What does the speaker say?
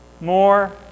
more